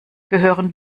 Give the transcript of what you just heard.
gehören